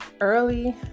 early